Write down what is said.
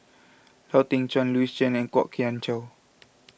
Lau Teng Chuan Louis Chen and Kwok Kian Chow